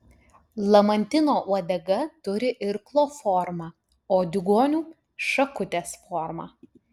lamantino uodega turi irklo formą o diugonių šakutės formą